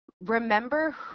Remember